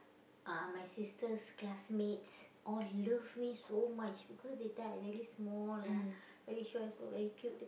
ah my sister's classmates all love me so much because that time I very small lah very short and small very cute